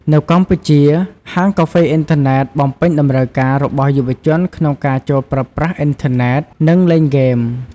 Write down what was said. នៅ កម្ពុជា ហាងកាហ្វេអ៊ីនធឺណិត បំពេញតម្រូវការ របស់យុវជនក្នុងការ ចូលប្រើប្រាស់អ៊ីនធឺណិត និង លេងហ្គេម។